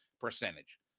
percentage